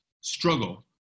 struggle